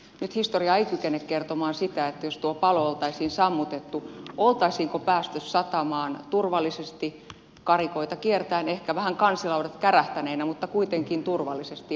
nyt historia ei kykene kertomaan sitä että jos tuo palo olisi sammutettu olisiko päästy satamaan turvallisesti karikoita kiertäen ehkä kansilaudat vähän kärähtäneinä mutta kuitenkin turvallisesti